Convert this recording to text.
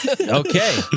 Okay